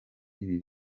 ibi